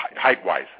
height-wise